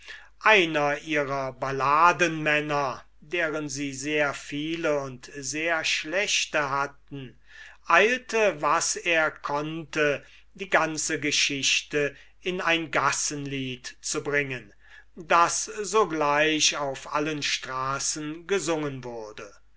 einer ihrer balladenmänner deren sie sehr viele und sehr schlechte hatten eilte was er konnte die ganze geschichte in ein gassenlied zu bringen das sogleich auf allen straßen gesungen wurde